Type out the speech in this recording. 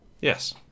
Yes